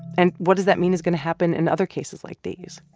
and what does that mean is going to happen in other cases like these?